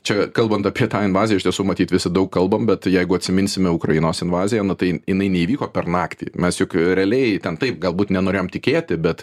čia kalbant apie tą invaziją iš tiesų matyt visi daug kalbam bet jeigu atsiminsime ukrainos invaziją tai jinai neįvyko per naktį mes juk realiai ten taip galbūt nenorėjom tikėti bet